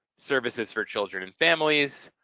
services for children and families,